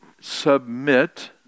submit